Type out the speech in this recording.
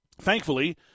Thankfully